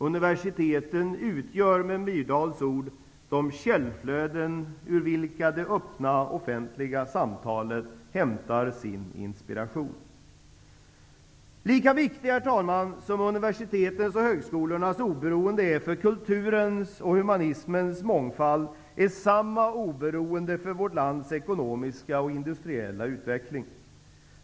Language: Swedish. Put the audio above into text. Universiteten utgör med Myrdals ord de källflöden ur vilka det öppna, offentliga samtalet hämtar sin inspiration. Herr talman! Lika viktigt som universitetens och högskolornas oberoende är för kulturens och humanismens mångfald är det för vårt lands ekonomiska och industriella utveckling.